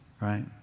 right